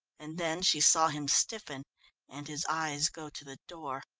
and then she saw him stiffen and his eyes go to the door.